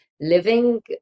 living